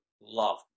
love